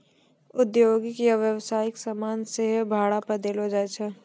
औद्योगिक या व्यवसायिक समान सेहो भाड़ा पे देलो जाय छै